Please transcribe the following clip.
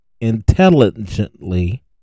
intelligently